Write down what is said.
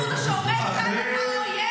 חברת הכנסת גוטליב.